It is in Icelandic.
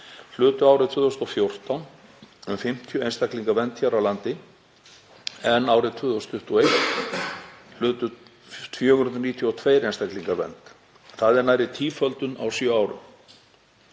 hlutu árið 2014 um 50 einstaklingar vernd hér á landi en árið 2021 hlutu 492 einstaklingar vernd. Það er nærri tíföldun á sjö árum.